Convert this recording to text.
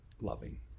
loving